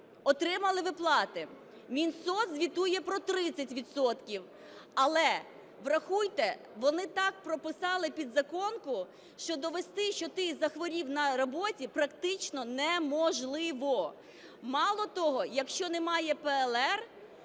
отримали виплати. Мінсоц звітує про 30 відсотків, але врахуйте, вони так прописали підзаконку, що довести, що ти захворів на роботі, практично неможливо. Мало того, якщо немає ПЛР,